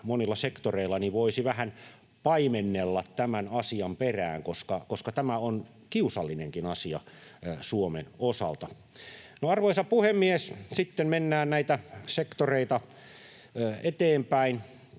monilla sektoreilla, voisi vähän paimennella tämän asian perään, koska tämä on kiusallinenkin asia Suomen osalta. Arvoisa puhemies! Sitten mennään näitä sektoreita eteenpäin.